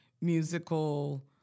musical